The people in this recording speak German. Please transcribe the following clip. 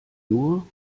nur